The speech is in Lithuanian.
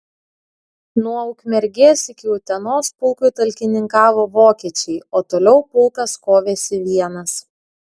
nuo ukmergės iki utenos pulkui talkininkavo vokiečiai o toliau pulkas kovėsi vienas